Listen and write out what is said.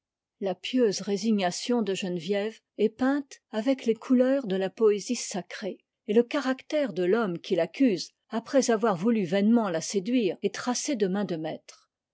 la pieuse résignation de geneviève est peinte avec les couleurs de la poésie sacrée et le caractère de l'homme qui l'accuse après avoir voulu vainement la séduire est tracé de main de maître